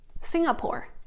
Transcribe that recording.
Singapore